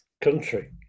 country